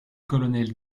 colonel